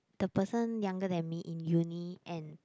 the person younger than me in uni and